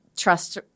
trust